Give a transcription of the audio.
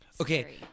okay